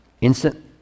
instant